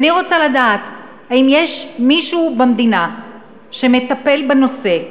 ואני רוצה לדעת, האם יש מישהו במדינה שמטפל בנושא?